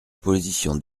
position